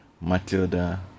Matilda